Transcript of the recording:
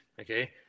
okay